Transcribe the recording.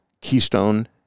keystone